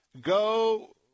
go